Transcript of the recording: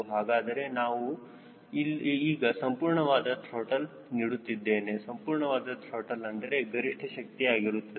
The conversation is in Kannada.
ಹಾಗಾದರೆ ನಾನು ಈಗ ಸಂಪೂರ್ಣವಾದ ತ್ರಾಟಲ್ ನೀಡುತ್ತೇನೆ ಸಂಪೂರ್ಣವಾದ ತ್ರಾಟಲ್ ಅಂದರೆ ಗರಿಷ್ಠ ಶಕ್ತಿ ಆಗಿರುತ್ತದೆ